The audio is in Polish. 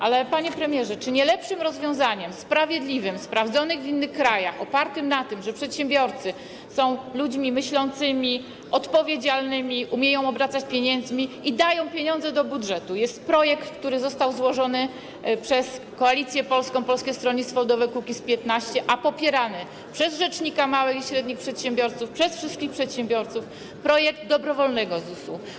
Ale panie premierze, czy nie lepszym rozwiązaniem, sprawiedliwym, sprawdzonym w innych krajach, opartym na tym, że przedsiębiorcy są ludźmi myślącymi, odpowiedzialnymi, umieją obracać pieniędzmi i dają pieniądze do budżetu, jest projekt, który został złożony przez Koalicję Polską - Polskie Stronnictwo Ludowe - Kukiz15, a popierany przez rzecznika małych i średnich przedsiębiorców, przez wszystkich przedsiębiorców, projekt dobrowolnego ZUS-u?